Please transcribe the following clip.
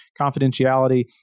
confidentiality